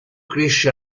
cresce